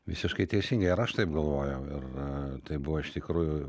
visiškai teisingai ir aš taip galvojau ir tai buvo iš tikrųjų